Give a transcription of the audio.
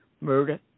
murder